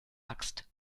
axt